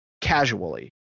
casually